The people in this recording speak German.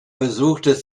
besuchte